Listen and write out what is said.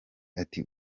ati